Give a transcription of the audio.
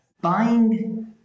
buying